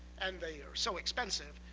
and they are so expensive,